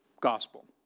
gospel